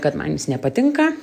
kad man nepatinka